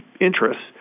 interests